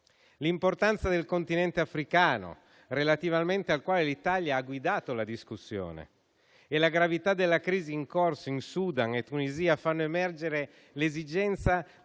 L'importanza del continente africano, relativamente al quale l'Italia ha guidato la discussione, e la gravità della crisi in corso in Sudan ed in Tunisia fanno emergere l'esigenza,